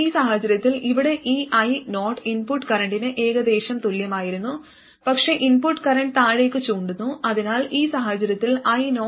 ഈ സാഹചര്യത്തിൽ ഇവിടെ ഈ io ഇൻപുട്ട് കറന്റിന് ഏകദേശം തുല്യമായിരുന്നു പക്ഷേ ഇൻപുട്ട് കറന്റ് താഴേക്ക് ചൂണ്ടുന്നു അതിനാൽ ഈ സാഹചര്യത്തിൽ io viRs